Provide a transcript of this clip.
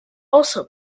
also